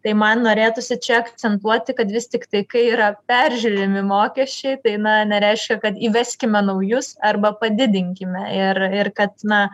tai man norėtųsi čia akcentuoti kad vis tiktai kai yra peržiūrimi mokesčiai tai na nereiškia kad įveskime naujus arba padidinkime ir ir kad na